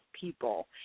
people